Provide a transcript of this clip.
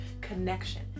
connection